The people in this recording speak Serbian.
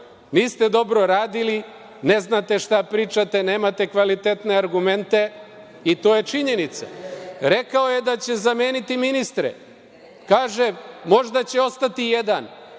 niste dobro radili, ne znate šta pričate, nemate kvalitetne argumente i to je činjenica. Rekao je da će zameniti ministre. Kaže, možda će ostati jedan,